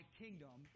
kingdom